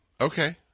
Okay